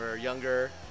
younger